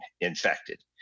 infected